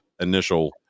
initial